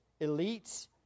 elites